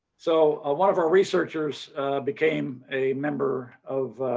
so ah one of our researchers became a member of